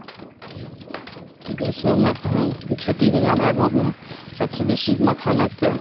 खेती होइए हमरा गाँवमे सभसँ बेसी मखानाके